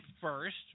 first